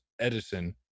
edison